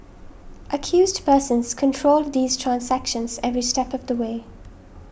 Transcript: accused persons controlled these transactions every step of the way